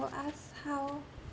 ask how